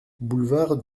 boulevard